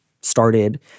started